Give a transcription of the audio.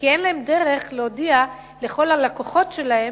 כי אין להם דרך להודיע לכל הלקוחות שלהם: